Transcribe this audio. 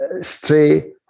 stray